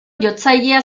jotzailea